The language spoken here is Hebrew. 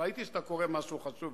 ראיתי שאתה קורא משהו חשוב.